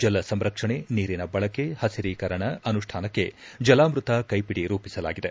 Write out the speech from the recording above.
ಜಲ ಸಂರಕ್ಷಣೆ ನೀರಿನ ಬಳಕೆ ಹಸರೀಕರಣ ಅನುಷ್ಠಾನಕ್ಕೆ ಜಲಾಮೃತ ಕೈಪಿಡಿ ರೂಪಿಸಲಾಗಿದೆ